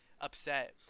upset